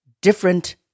different